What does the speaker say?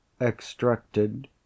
extracted